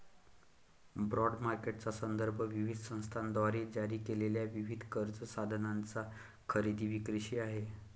bond मार्केटचा संदर्भ विविध संस्थांद्वारे जारी केलेल्या विविध कर्ज साधनांच्या खरेदी विक्रीशी आहे